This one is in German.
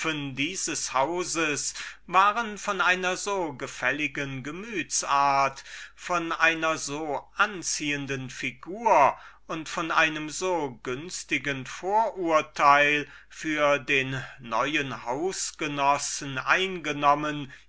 dieses hauses waren von einer so gefälligen gemüts-art von einer so anziehenden figur und von einem so günstigen vorurteil für den neuen haus genossen eingenommen